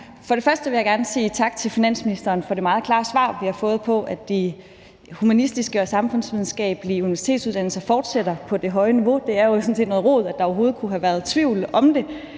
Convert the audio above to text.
tak til finansministeren for det meget klare svar, vi har fået, om, at de humanistiske og samfundsvidenskabelige universitetsuddannelser fortsætter på det høje niveau. Det er jo sådan set noget rod, at der overhovedet kunne have været tvivl om det.